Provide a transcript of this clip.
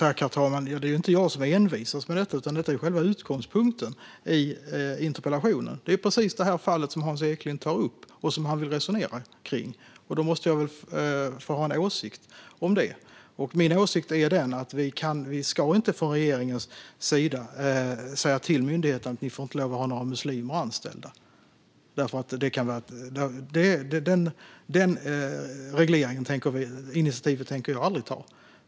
Herr ålderspresident! Det är inte jag som envisas med detta, utan detta är själva utgångspunkten i interpellationen. Det är precis det fall som Hans Eklind tar upp och vill resonera om. Då måste jag väl få ha en åsikt om det. Min åsikt är den att vi inte från regeringens sida ska säga till myndigheten: Ni får inte lov att ha några muslimer anställda. Det initiativet tänker jag aldrig ta.